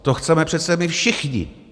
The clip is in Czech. To chceme přece my všichni.